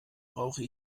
brauche